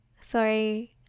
Sorry